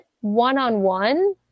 one-on-one